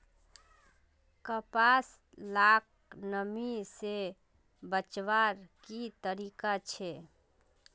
कपास लाक नमी से बचवार की तरीका छे?